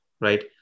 right